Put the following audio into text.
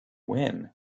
win